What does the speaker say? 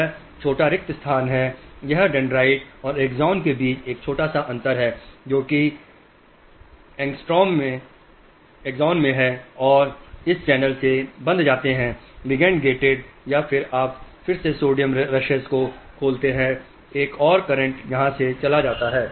यह छोटा रिक्त स्थान है यह डेंड्राइट और एक्सोन के बीच एक छोटा सा अंतर है जो कि एंगस्ट्रॉम में है और वे इस चैनल से बंध जाते हैं लिगेंड गेटेड या फिर आप फिर से सोडियम रशेस को खोलते हैं एक और करंट यहां से चला जाता है